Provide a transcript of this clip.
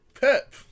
Pep